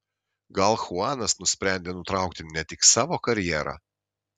gal chuanas nusprendė nutraukti ne tik savo karjerą